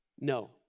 No